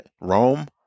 Rome